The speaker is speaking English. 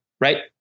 right